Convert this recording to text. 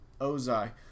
ozai